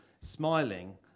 smiling